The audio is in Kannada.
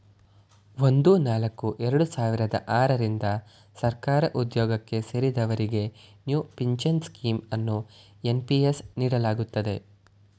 ಒಂದು ನಾಲ್ಕು ಎರಡು ಸಾವಿರದ ಆರ ರಿಂದ ಸರ್ಕಾರಿಉದ್ಯೋಗಕ್ಕೆ ಸೇರಿದವರಿಗೆ ನ್ಯೂ ಪಿಂಚನ್ ಸ್ಕೀಂ ಅನ್ನು ಎನ್.ಪಿ.ಎಸ್ ನೀಡಲಾಗುತ್ತದೆ